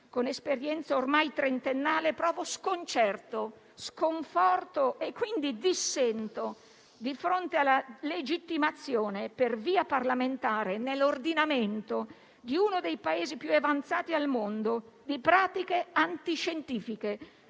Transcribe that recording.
con esperienza ormai trentennale, provo sconcerto, sconforto e, quindi, dissento di fronte alla legittimazione per via parlamentare nell'ordinamento di uno dei Paesi più avanzati al mondo di pratiche antiscientifiche,